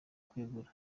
kwegura